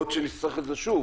יכול להיות שנצטרך אותו שוב,